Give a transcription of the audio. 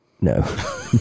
No